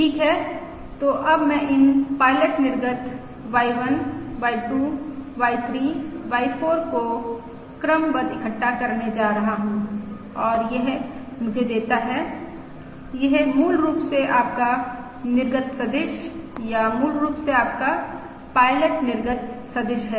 ठीक है तो अब मैं इन पायलट निर्गत Y1 Y2 Y3 Y4 को क्रमबद्ध इक्कठा करने जा रहा हूँ और यह मुझे देता है यह मूल रूप से आपका निर्गत सदिश या मूल रूप से आपका पायलट निर्गत सदिश है